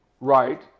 Right